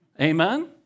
Amen